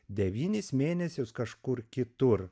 devynis mėnesius kažkur kitur